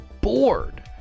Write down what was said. bored